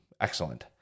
Excellent